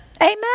Amen